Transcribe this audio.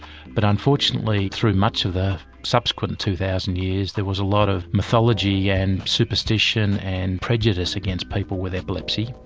but unfortunately through much of the subsequent two thousand years there was a lot of mythology and superstition and prejudice against people with epilepsy.